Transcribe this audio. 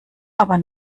aber